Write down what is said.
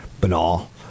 banal